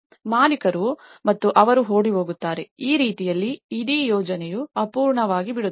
ಮಾಲೀಕರು ಮತ್ತು ಅವರು ಓಡಿಹೋಗುತ್ತಾರೆ ಆ ರೀತಿಯಲ್ಲಿ ಇಡೀ ಯೋಜನೆಯು ಅಪೂರ್ಣವಾಗಿ ಬಿಡುತ್ತದೆ